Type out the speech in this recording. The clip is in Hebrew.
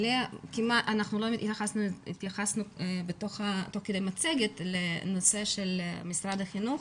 לא התייחסנו תוך כדי המצגת לנושא של משרד החינוך,